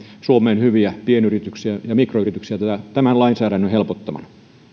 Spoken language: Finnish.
suomeen hyviä pienyrityksiä ja mikroyrityksiä tämän lainsäädännön helpottamana